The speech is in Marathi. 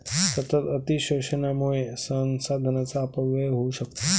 सतत अतिशोषणामुळे संसाधनांचा अपव्यय होऊ शकतो